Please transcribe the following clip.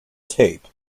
tape